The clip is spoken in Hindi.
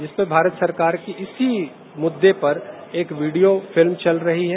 जिस पर भारत सरकार की इसी मुद्दे पर एक वीडियो फिल्म चल रही है